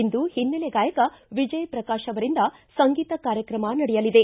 ಇಂದು ಹಿನ್ನೆಲೆ ಗಾಯಕ ವಿಜಯ ಪ್ರಕಾಶ್ ಅವರಿಂದ ಸಂಗೀತ ಕಾರ್ಯಕ್ರಮ ನಡೆಯಲಿದೆ